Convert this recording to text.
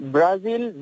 Brazil